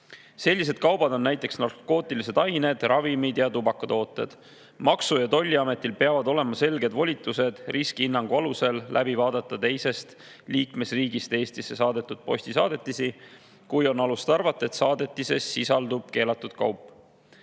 Sellised kaubad on näiteks narkootilised ained, ravimid ja tubakatooted. Maksu- ja Tolliametil peavad olema selged volitused riskihinnangu alusel läbi vaadata teisest liikmesriigist Eestisse saadetud postisaadetisi, kui on alust arvata, et saadetises sisaldub keelatud kaup.